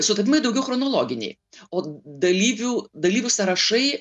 sutapimai daugiau chronologiniai o dalyvių dalyvių sąrašai